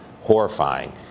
horrifying